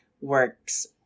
works